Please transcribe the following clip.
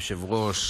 היושב-ראש,